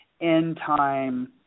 end-time